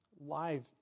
live